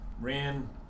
ran